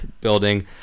building